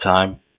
time